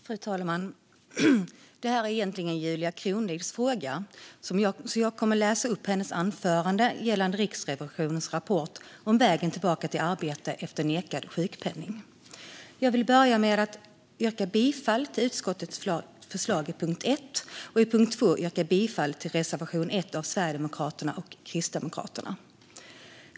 Fru talman! Det här är egentligen Julia Kronlids fråga. Jag kommer att läsa upp hennes anförande gällande Riksrevisionens rapport om vägen tillbaka till arbete efter nekad sjukpenning. Jag vill börja med att under punkt 1 yrka bifall till utskottets förslag och under punkt 2 yrka bifall till reservation l av Sverigedemokraterna och Kristdemokraterna.